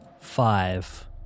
Five